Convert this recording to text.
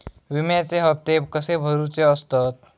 विम्याचे हप्ते कसे भरुचे असतत?